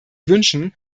wünschen